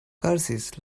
curses